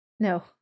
No